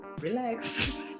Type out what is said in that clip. Relax